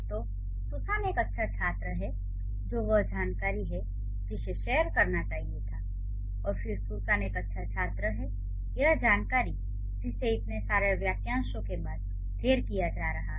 तो "सुसान एक अच्छा छात्र है" जो वह जानकारी है जिसे शेअर करना चाहिए था और फिर "सुसान एक अच्छा छात्र है" यह जानकारी जिसे इतने सारे वाक्यांशों के बाद ढेर किया जा रहा है